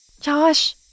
Josh